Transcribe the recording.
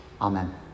Amen